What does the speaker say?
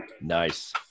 Nice